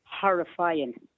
horrifying